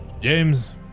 James